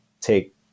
take